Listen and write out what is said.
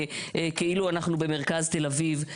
כאילו אנחנו במרכז תל אביב.